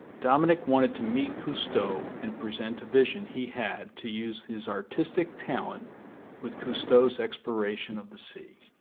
dominique wanted to meet cousteau and present a vision he had to use his artistic talent with cousteau's exploration of the sea